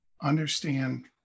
understand